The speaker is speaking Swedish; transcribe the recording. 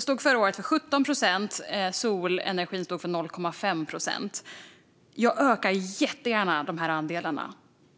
stod förra året för 17 procent och solenergin för 0,5 procent. Jag ökar jättegärna de här andelarna.